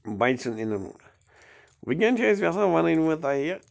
بَچہٕ سُنٛد وُنکیٚن چھِ أسۍ یژھان وَنُن وۅنۍ تۅہہِ